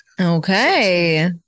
okay